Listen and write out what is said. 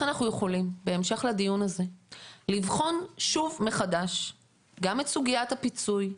אנחנו יכולים בהמשך לדיון הזה לבחון שוב מחדש גם את סוגיית הפיצוי,